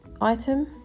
item